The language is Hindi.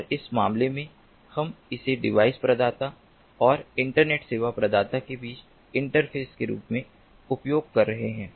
और इस मामले में हम इसे डिवाइस प्रदाता और इंटरनेट सेवा प्रदाता के बीच इंटरफेस के रूप में उपयोग कर रहे हैं